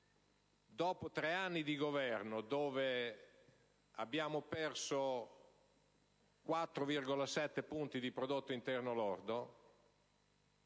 dopo tre anni di Governo nei quali abbiamo perso 4,7 punti di prodotto interno lordo,